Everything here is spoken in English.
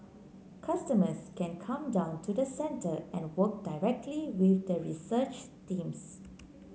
customers can come down to the centre and work directly with the research teams